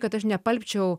kad aš neapalpčiau